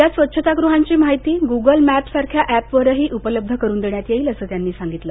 या स्वच्छतागृहांची माहिती गुगल मॅपसारख्या एपवरही उपलब्ध करुन देण्यात येईल असं त्यांनी सांगितलं